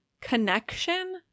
connection